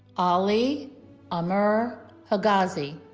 ali amr hegazi